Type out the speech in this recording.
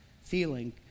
feeling